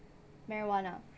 marijuana